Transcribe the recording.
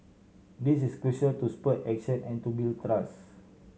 this is crucial to spur action and to build trust